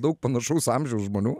daug panašaus amžiaus žmonių